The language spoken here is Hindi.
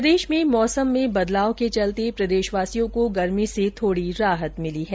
प्रदेश में मौसम में बदलाव के चलते प्रदेशवासियों को गर्मी से थोड़ी राहत मिली है